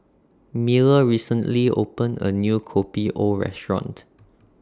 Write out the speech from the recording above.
Miller recently opened A New Kopi O Restaurant